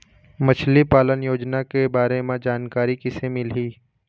मछली पालन योजना के बारे म जानकारी किसे मिलही?